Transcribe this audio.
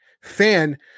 Fan